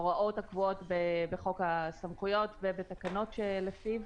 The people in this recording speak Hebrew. יחולו ההוראות הנוגעות לו בתקנות הגבלת פעילות.